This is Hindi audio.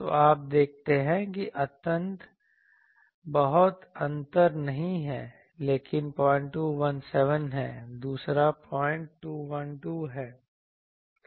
तो आप देखते हैं कि अंततः बहुत अंतर नहीं है एक 0217 है दूसरा 0212 है